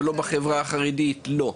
אבל בחברה החרדית לא.